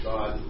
God